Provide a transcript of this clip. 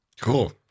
Cool